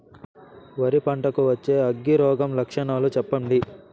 వరి పంట కు వచ్చే అగ్గి రోగం లక్షణాలు చెప్పండి?